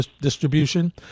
distribution